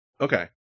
okay